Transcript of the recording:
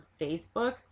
Facebook